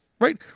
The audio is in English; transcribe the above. Right